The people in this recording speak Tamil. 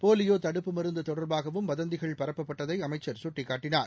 போலியோதடுப்பு மருந்துதொடர்பாகவும் வதந்திகள் பரப்பப்பட்டதைஅமைச்சர் சுட்டிக்காட்டினார்